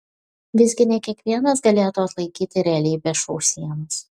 visgi ne kiekvienas galėtų atlaikyti realybės šou sienas